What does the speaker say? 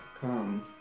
come